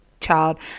child